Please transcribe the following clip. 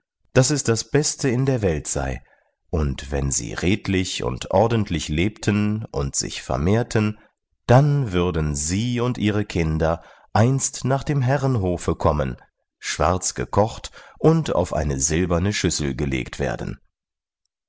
daß es das beste in der welt sei und wenn sie redlich und ordentlich lebten und sich vermehrten dann würden sie und ihre kinder einst nach dem herrenhofe kommen schwarz gekocht und auf eine silberne schüssel gelegt werden